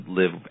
live